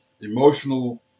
emotional